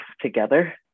together